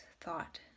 thought